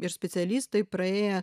ir specialistai praėję